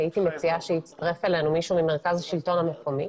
אני הייתי מציעה שיצטרף אלינו מישהו ממרכז השלטון המקומי,